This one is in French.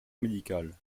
médicale